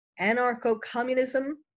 anarcho-communism